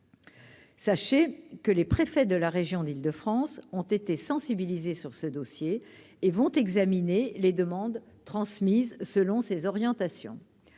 Sachez que les préfets de la région d'Île-de-France ont été sensibilisés sur ce dossier et vont examiner les demandes transmises selon ses orientations,